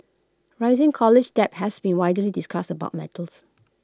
rising college debt has been widely discussed about matters